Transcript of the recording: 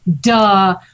duh